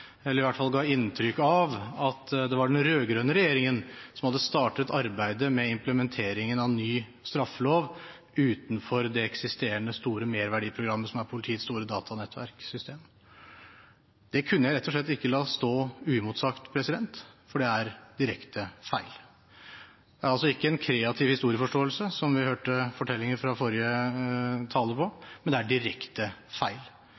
det var den rød-grønne regjeringen som hadde startet arbeidet med implementeringen av ny straffelov utenfor det eksisterende store Merverdiprogrammet som er politiets store datanettverksystem. Det kunne jeg rett og slett ikke la stå uimotsagt, for det er direkte feil. Det er altså ikke en kreativ historieforståelse, som vi hørte fra forrige taler, men det er direkte feil.